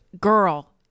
Girl